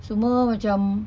semua macam